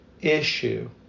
issue